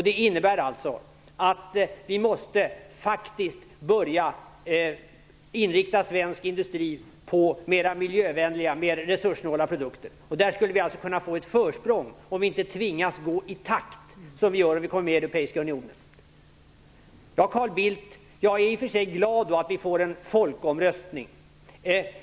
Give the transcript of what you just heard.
Det innebär alltså att vi faktiskt måste börja inrikta svensk industri på miljövänligare och resurssnålare produkter. Där skulle vi alltså kunna få ett försprång, om vi inte tvingas att gå i takt som vi kommer att göra om vi går med i Europeiska unionen. Ja, Carl Bildt, jag är i och för sig glad för att vi får en folkomröstning.